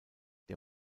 der